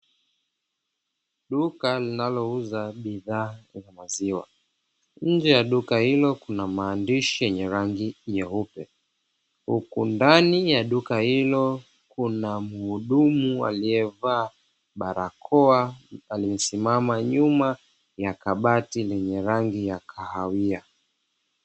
Duka linolouza bidhaa za maziwa, nje ya duka hilo kuna maandishi yenye rangi nyeupe, huku ndani ya duka hilo kuna mhudumu alievaa barakoa aliesimama nyuma ya kabati lenye rangi ya kahawia.